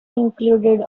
included